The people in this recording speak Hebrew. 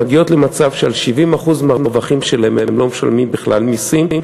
מגיעים למצב שעל 70% מהרווחים שלהן הם לא משלמות בכלל מסים,